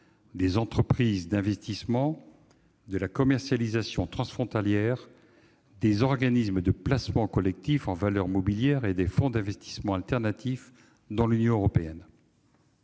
des entreprises d'investissement, de la commercialisation transfrontalière des organismes de placement collectif en valeurs mobilières et des fonds d'investissement alternatifs dans l'Union européenne.